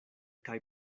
kaj